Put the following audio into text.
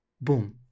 Boom